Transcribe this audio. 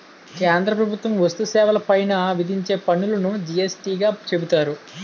కేంద్ర ప్రభుత్వం వస్తు సేవల పైన విధించే పన్నులును జి యస్ టీ గా చెబుతారు